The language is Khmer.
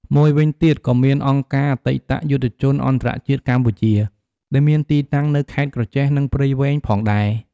មួយវិញទៀតក៏មាន អង្គការអតីតយុទ្ធជនអន្តរជាតិកម្ពុជា ដែលមានទីតាំងនៅខេត្តក្រចេះ និង ព្រៃវែងផងដែរ។